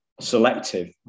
selective